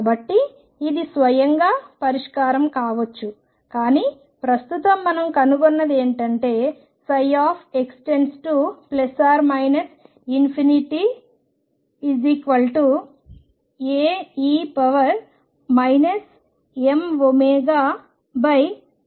కాబట్టి ఇది స్వయంగా పరిష్కారం కావచ్చు కానీ ప్రస్తుతం మనం కనుగొన్నది ఏమిటంటే ψ x → A e mω 2ℏ x2